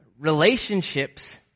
Relationships